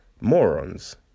morons